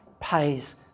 pays